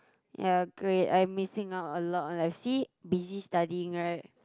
ya great I'm missing out a lot like see busy studying right